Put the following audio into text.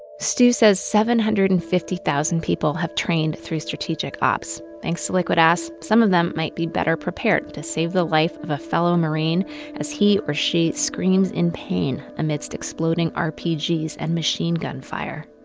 stu says over seven hundred and fifty thousand people have trained through strategic ops. thanks to liquid ass, some of them might be better prepared to save the life of a fellow marine as he or she screams in pain amidst exploding rpgs and machine gun fire.